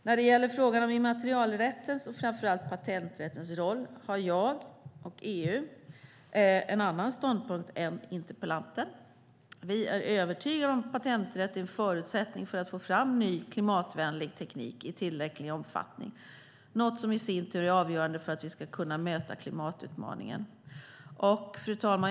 När det gäller frågan om immaterialrättens och framför allt patenträttens roll har jag, och EU, en annan ståndpunkt än interpellanten. Vi är övertygade om att patenträtten är en förutsättning för att få fram ny klimatvänlig teknik i tillräcklig omfattning, något som i sin tur är avgörande för att vi ska kunna möta klimatutmaningen. Herr talman!